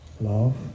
Love